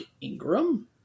Ingram